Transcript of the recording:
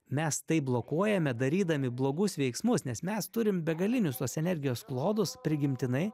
mes tai blokuojame darydami blogus veiksmus nes mes turim begalinius tuos energijos klodus prigimtinai